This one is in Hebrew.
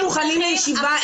אנחנו מוכנים לישיבה.